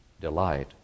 delight